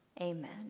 Amen